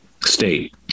state